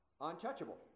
untouchable